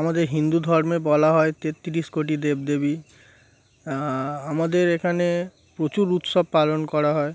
আমাদের হিন্দু ধর্মে বলা হয় তেত্রিশ কোটি দেবদেবী আমাদের এখানে প্রচুর উৎসব পালন করা হয়